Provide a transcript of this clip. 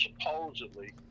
supposedly